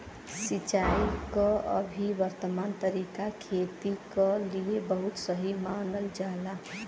सिंचाई क अभी वर्तमान तरीका खेती क लिए बहुत सही मानल जाला